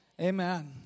Amen